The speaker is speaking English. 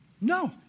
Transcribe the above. No